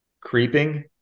creeping